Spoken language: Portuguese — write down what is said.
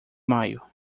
maio